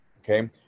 Okay